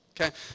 okay